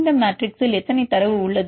இந்த மேட்ரிக்ஸில் எத்தனை தரவு உள்ளது